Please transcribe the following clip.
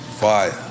Fire